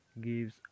gives